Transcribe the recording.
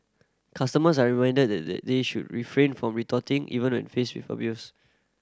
customers are reminded that they they should refrain from retorting even when faced with abuse